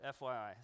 FYI